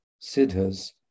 Siddhas